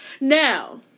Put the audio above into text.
Now